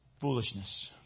foolishness